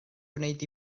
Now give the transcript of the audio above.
gwneud